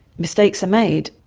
mistakes are made.